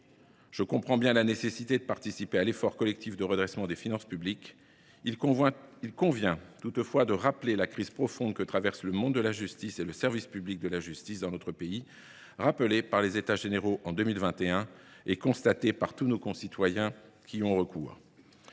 Je comprends bien la nécessité de participer à l’effort collectif de redressement des finances publiques. Il convient cependant de rappeler quelle crise profonde traverse le monde de la justice et le service public de la justice dans notre pays, crise rappelée lors des États généraux de 2021 et constatée par tous nos concitoyens qui ont recours